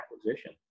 acquisition